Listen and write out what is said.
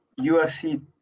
UFC